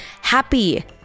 happy